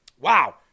Wow